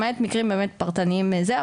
למעט מקרים באמת פרטניים וזה,